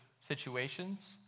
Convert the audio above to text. Situations